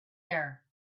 air